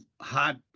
hot